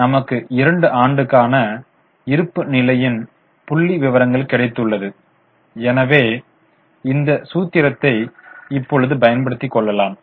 இப்போது நமக்கு 2 ஆண்டுக்கான இருப்பு நிலையின் புள்ளிவிவரங்கள் கிடைத்துள்ளது எனவே இந்த சூத்திரத்தை இப்பொழுது பயன்படுத்திக்கொள்ளலாம்